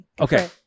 okay